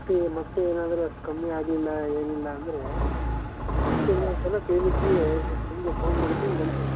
ಅಷ್ಟೆ ಮತ್ತು ಏನಾದರು ಅಷ್ಟು ಕಮ್ಮಿ ಆಗಲಿಲ್ಲ ಏನಿಲ್ಲ ಅಂದರೆ ಮತ್ತೆ ಇನ್ನೊಂದ್ಸಲ ಕ್ಲಿನಿಕ್ಕಿಗೇ ಸಂಜೆ ಫೋನ್ ಮಾಡ್ತೀನಿ ಬಂದ್ಬಿಡು